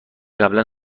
قبلا